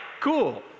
cool